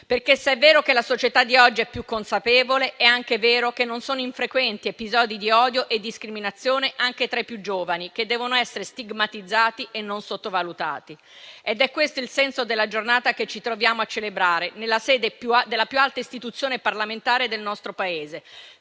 perché se è vero che la società di oggi è più consapevole, è anche vero che non sono infrequenti episodi di odio e discriminazione anche tra i più giovani, che devono essere stigmatizzati e non sottovalutati. Il senso della giornata che ci troviamo a celebrare nella sede della più alta istituzione parlamentare del nostro Paese